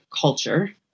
culture